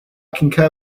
concur